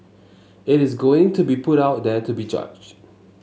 it is going to be put out there to be judged